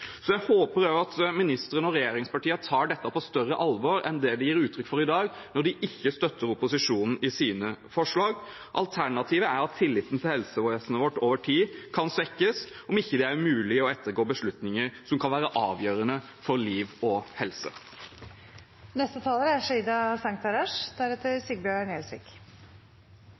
Så jeg håper også at ministeren og regjeringspartiene tar dette på større alvor enn det de gir uttrykk for i dag, når de ikke støtter opposisjonens forslag. Alternativet er at tilliten til helsevesenet vårt over tid kan svekkes, om det ikke er mulig å ettergå beslutninger som kan være avgjørende for liv og helse.